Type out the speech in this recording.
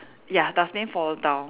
ya dustbin fall down